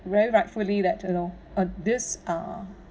very rightfully that you know this uh